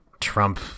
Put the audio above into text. Trump